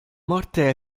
morte